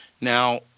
Now